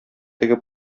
теге